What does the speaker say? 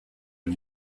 and